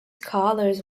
colors